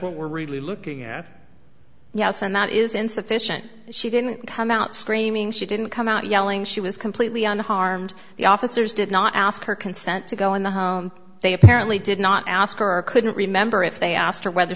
what we're really looking at yes and that is insufficient she didn't come out screaming she didn't come out yelling she was completely unharmed the officers did not ask her consent to go in the home they apparently did not ask or couldn't remember if they asked her whether